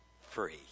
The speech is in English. free